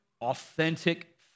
authentic